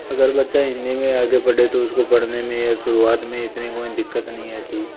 अगर बच्चा हिंदी में आगे पढ़े तो उसको पढ़ने में या शुरुआत में इतनी कोई दिक्कत नहीं आती